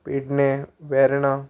Pedne Verna